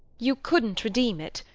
you couldn't redeem it.